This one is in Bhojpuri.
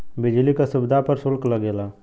बिजली क सुविधा पर सुल्क लगेला